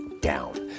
down